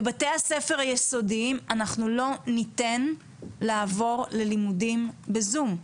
בבתי הספר היסודיים אנחנו לא ניתן לעבור ללימודים בזום.